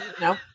no